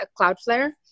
Cloudflare